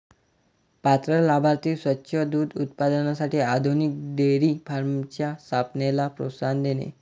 पात्र लाभार्थी स्वच्छ दूध उत्पादनासाठी आधुनिक डेअरी फार्मच्या स्थापनेला प्रोत्साहन देणे